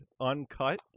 uncut